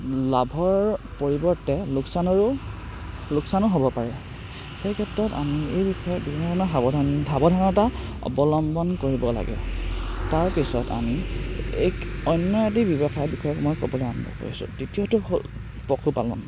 লাভৰ পৰিৱৰ্তে লোকচানৰো লোকচানো হ'ব পাৰে সেই ক্ষেত্ৰত আমি এই বিষয়ে বিভিন্ন ধৰণৰ সাৱধান সাৱধানতা অৱলম্বন কৰিব লাগে তাৰপিছত আমি এক অন্য আদি ব্যৱসায় বিষয়ে মই ক'বলৈ আৰম্ভ কৰিছোঁ দ্বিতীয়টো হ'ল পশুপালন